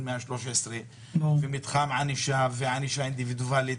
113 ומתחם ענישה וענישה אינדיבידואלית,